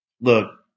look